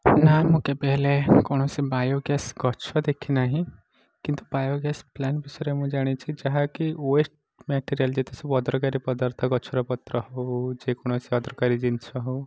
ନାଁ ମୁଁ କେବେ ହେଲେ କୌଣସି ବାୟୋ ଗ୍ୟାସ୍ ଗଛ ଦେଖିନାହିଁ କିନ୍ତୁ ବାୟୋ ଗ୍ୟାସ୍ ପ୍ଲାଣ୍ଟ ବିଷୟରେ ମୁଁ ଜାଣିଛି ଯାହାକି ୱେଷ୍ଟ ମ୍ୟାଟେରିଆଲ ଯେତେସବୁ ଅଦରକାରୀ ପଦାର୍ଥ ଗଛର ପତ୍ର ହେଉ ଯେକୌଣସି ଅଦରକାରୀ ଜିନିଷ ହେଉ